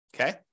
okay